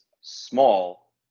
small